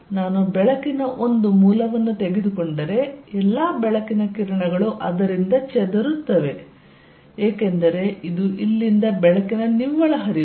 ನಾನು ಬೆಳಕಿನ ಒಂದು ಮೂಲವನ್ನು ತೆಗೆದುಕೊಂಡರೆ ಎಲ್ಲಾ ಬೆಳಕಿನ ಕಿರಣಗಳು ಅದರಿಂದ ಚೆದರುತ್ತವೆ ಏಕೆಂದರೆ ಇದು ಇಲ್ಲಿಂದ ಬೆಳಕಿನ ನಿವ್ವಳ ಹರಿವು